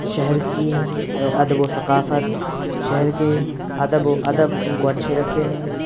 شہر کی ادب و ثقافت شہر کے ادب و ادب ان کو اچھے لگتے ہیں